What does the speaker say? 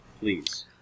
Please